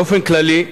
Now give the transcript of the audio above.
באופן כללי,